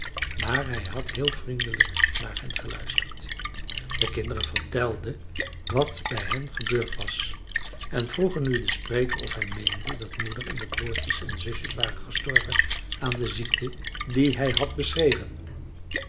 maar hij had heel vriendelijk naar hen geluisterd de kinderen vertelden wat bij hen gebeurd was en vroegen nu den spreker of hij meende dat moeder en de broertjes en zusjes waren gestorven aan de ziekte die hij had beschreven